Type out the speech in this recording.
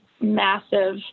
massive